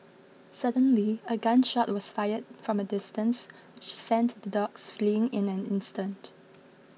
suddenly a gun shot was fired from a distance which sent the dogs fleeing in an instant